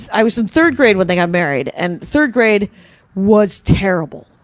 i was in third grade when they got married. and third grade was terrible.